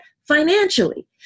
financially